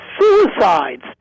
suicides